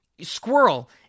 Squirrel